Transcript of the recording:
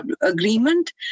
agreement